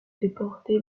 déporté